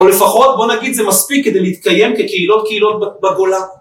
או לפחות בוא נגיד זה מספיק כדי להתקיים כקהילות בגולה.